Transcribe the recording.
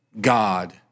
God